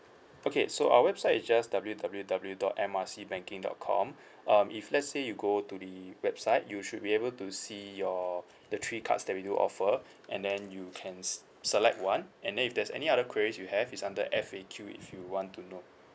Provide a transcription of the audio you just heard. okay so our website is just W W W dot M R C banking dot com um if let's say you go to the website you should be able to see your the three cards that we do offer and then you can s~ select one and then if there's any other queries you have it's under F_A_Q if you want to know